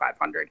500